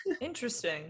Interesting